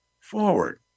forward